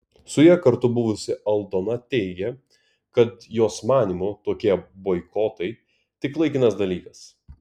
su ja kartu buvusi aldona teigė kad jos manymu tokie boikotai tik laikinas dalykas